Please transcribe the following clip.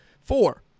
four